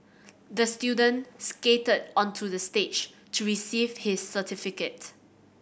the student skated onto the stage to receive his certificate